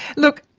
look,